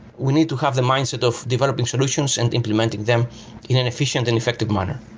we need to have the mindset of developing solutions and implementing them in an efficient and effective manner.